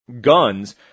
guns